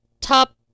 top